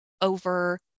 over